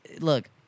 look